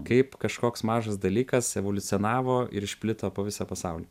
kaip kažkoks mažas dalykas evoliucionavo ir išplito po visą pasaulį